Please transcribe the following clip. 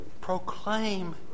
proclaim